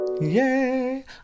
Yay